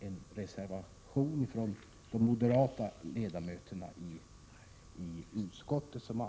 en reservation från de moderata ledamöterna i utskottet.